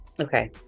Okay